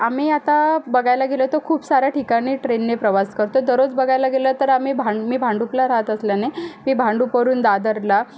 आम्ही आता बघायला गेलो तर खूप साऱ्या ठिकाणी ट्रेनने प्रवास करतो दररोज बघायला गेलं तर आम्ही भां मी भांडुपला राहात असल्याने मी भांडूपवरून दादरला